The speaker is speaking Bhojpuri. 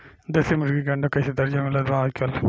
देशी मुर्गी के अंडा कइसे दर्जन मिलत बा आज कल?